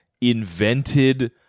invented